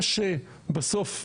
זה שבסוף דרעי,